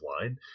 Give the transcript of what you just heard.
line